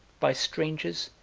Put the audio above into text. by strangers,